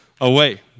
away